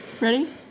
Ready